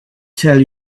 tell